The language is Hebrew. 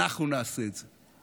אנחנו נעשה את זה,